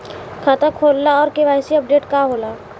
खाता खोलना और के.वाइ.सी अपडेशन का होला?